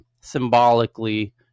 symbolically